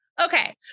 Okay